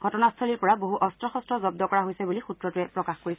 ঘটনাস্থলীৰ পৰা বহু অস্ত্ৰ শস্ত্ৰ জন্দ কৰা হৈছে বুলি সূত্ৰটোৱে প্ৰকাশ কৰিছে